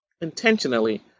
intentionally